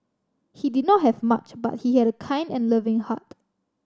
he did not have much but he had a kind and loving heart